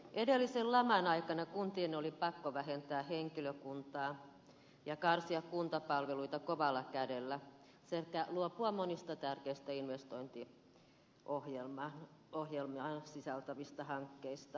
edellisen laman aikana kuntien oli pakko vähentää henkilökuntaa ja karsia kuntapalveluita kovalla kädellä sekä luopua monista tärkeistä investointiohjelmia sisältävistä hankkeista